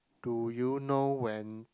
do you know when